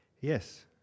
Yes